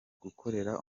gukorera